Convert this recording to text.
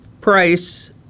price